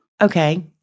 Okay